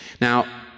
Now